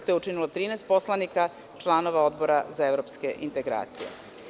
To je učinilo 13 poslanika članova Odbora za evropske integracije.